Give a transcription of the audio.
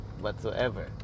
whatsoever